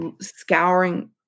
scouring